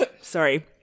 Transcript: sorry